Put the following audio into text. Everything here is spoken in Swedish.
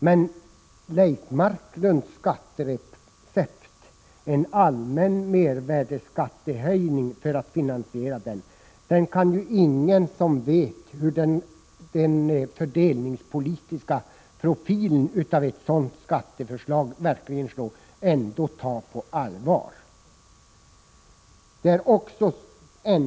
Men Leif Marklunds skatteförslag — en allmän mervärdeskattehöjning för att finansiera denna — kan väl ingen som vet hurudan den fördelningspolitiska profilen av en sådan skatt verkligen blir ändå ta på allvar.